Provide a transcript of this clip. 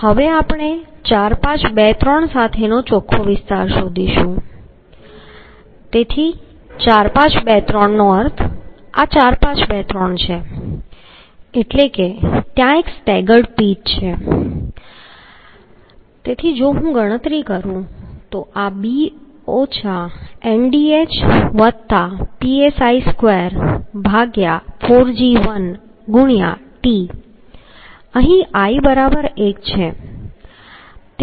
હવે આપણે 4 5 2 3 સાથે ચોખ્ખો વિસ્તાર શોધીશું તેથી 4 5 2 3 નો અર્થ આ 4 5 2 3 છે એટલે કે ત્યાં એક સ્ટેગર્ડ પિચ છે તેથી જો હું ગણતરી કરું તો આ b ndhpsi24gi✕ t અહીં i બરાબર 1 છે